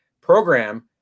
program